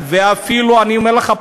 ואפילו אני אומר לך,